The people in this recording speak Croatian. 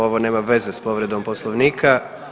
Ovo nema veze s povredom Poslovnikom.